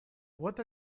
what